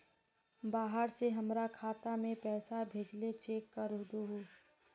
बाहर से हमरा खाता में पैसा भेजलके चेक कर दहु?